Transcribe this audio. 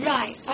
Right